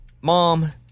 mom